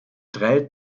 drei